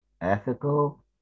ethical